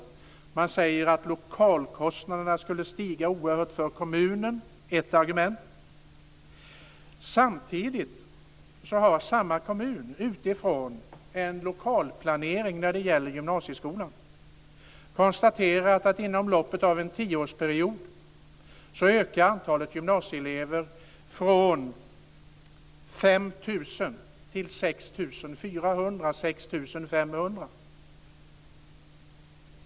Man säger att lokalkostnaderna skulle stiga oerhört för kommunen. Det är ett argument. Samtidigt har samma kommun utifrån en lokal planering när det gäller gymnasieskolan konstaterat att inom loppet av en tioårsperiod ökar antalet gymnasieelever från 5 000 till 6 400-6 500.